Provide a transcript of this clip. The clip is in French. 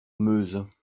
meuse